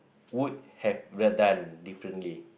would have done done differently